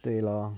对 lor